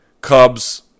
Cubs